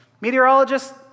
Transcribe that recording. Meteorologists